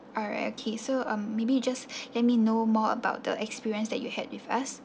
alright okay so um maybe you just let me know more about the experience that you had with us